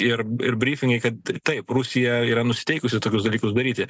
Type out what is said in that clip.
ir ir brifingai kad taip rusija yra nusiteikusi tokius dalykus daryti